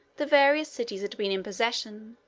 the various cities had been in possession,